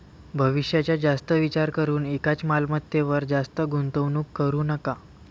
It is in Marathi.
भविष्याचा जास्त विचार करून एकाच मालमत्तेवर जास्त गुंतवणूक करू नका